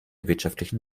wirtschaftlichen